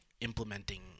implementing